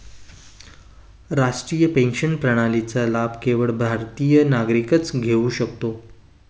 राष्ट्रीय पेन्शन प्रणालीचा लाभ केवळ भारतीय नागरिकच घेऊ शकतो